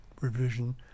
revision